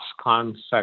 concept